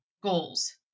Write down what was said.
goals